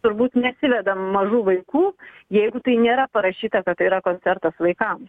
turbūt nesivedam mažų vaikų jeigu tai nėra parašyta kad tai yra koncertas vaikams